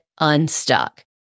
unstuck